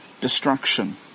destruction